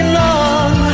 long